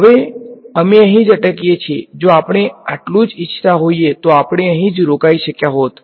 હવે અમે અહીં જ અટકી જઈએ જો આપણે આટલું જ ઈચ્છતા હોઈએ તો આપણે અહીં જ રોકાઈ શક્યા હોત